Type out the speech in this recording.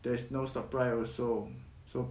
there's no supply also so